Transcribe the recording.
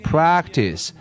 Practice